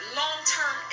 long-term